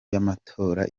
y’amatora